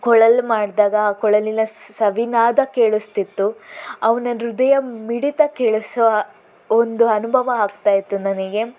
ಕೊಳಲು ಮಾಡಿದಾಗ ಆ ಕೊಳಲಿನ ಸ್ ಸವಿನಾದ ಕೇಳಿಸ್ತಿತ್ತು ಅವನ ಹೃದಯ ಮಿಡಿತ ಕೇಳಿಸೋ ಒಂದು ಅನುಭವ ಆಗ್ತಾಯಿತ್ತು ನನಗೆ